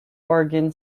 oregon